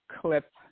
clip